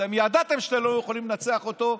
אתם ידעתם שאתם לא יכולים לנצח אותו,